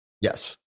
Yes